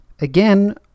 again